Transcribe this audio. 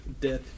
Death